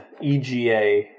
EGA